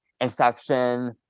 inception